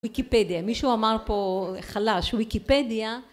וויקיפדיה מישהו אמר פה חלש וויקיפדיה